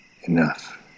enough